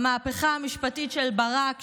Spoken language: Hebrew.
המהפכה המשפטית של ברק,